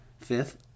Fifth